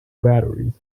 batteries